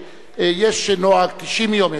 יש נוהג 90 יום,